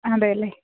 അതെയല്ലെ